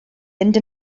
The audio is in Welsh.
mynd